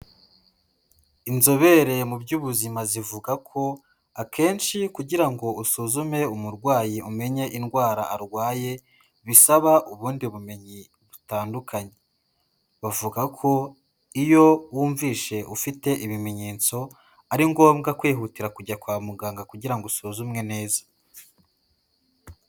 Inzobere mu by'ubuzima zivuga ko akenshi kugira ngo usuzume umurwayi umenye indwara arwaye bisaba ubundi bumenyi butandukanye, bavuga ko iyo wumvise ufite ibimenyetso ari ngombwa kwihutira kujya kwa muganga kugira ngo usuzumwe neza.